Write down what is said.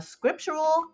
Scriptural